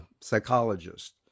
psychologist